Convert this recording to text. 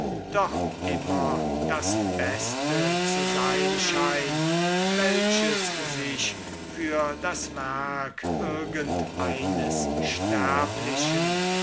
doch immer das beste zu sein scheint das für das werk irgend eines sterblichen